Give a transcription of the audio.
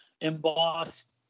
embossed